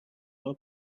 her